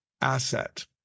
asset